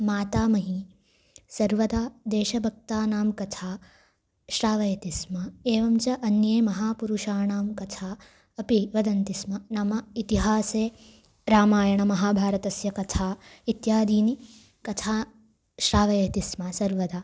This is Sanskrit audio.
मातामही सर्वदा देशभक्तानां कथां श्रावयति स्म एवं च अन्येषां महापुरुषाणां कथां अपि वदन्ति स्म नाम इतिहासे रामायणमहाभारतयोः कथाः इत्यादीनि कथाः श्रावयति स्म सर्वदा